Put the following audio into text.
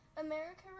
America